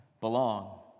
belong